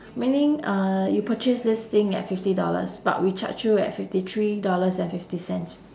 meaning uh you purchase this thing at fifty dollars but we charge you at fifty three dollar and fifty cents